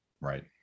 Right